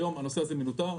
היום הנושא הזה מנוטר.